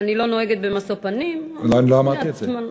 אני לא נוהגת במשוא פנים, אני לא אמרתי את זה.